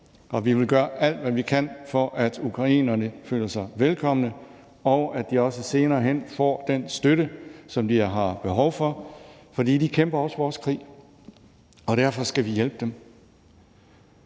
og vi vil gøre alt, hvad vi kan, for, at ukrainerne føler sig velkomne, og at de også senere hen får den støtte, som de har behov for. For de kæmper også vores krig, og derfor skal vi hjælpe dem.